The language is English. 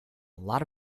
lot